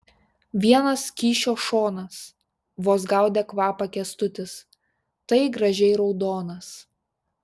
vienas kyšio šonas vos gaudė kvapą kęstutis tai gražiai raudonas